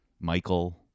Michael